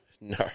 No